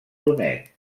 brunet